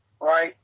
Right